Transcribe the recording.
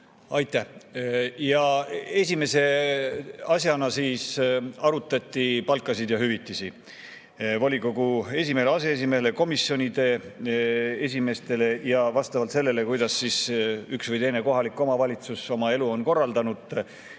Aitäh! Esimese asjana siis arutati palkasid ja hüvitisi volikogu esimehele, aseesimehele, komisjonide esimeestele – vastavalt sellele, kuidas üks või teine kohalik omavalitsus oma elu on korraldanud,